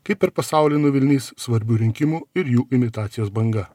kaip per pasaulį nuvilnys svarbių rinkimų ir jų imitacijos banga